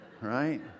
Right